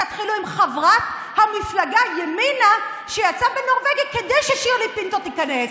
תתחילו עם חברת מפלגת ימינה שיצאה בנורבגי כדי ששירלי פינטו תיכנס.